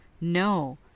no